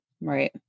Right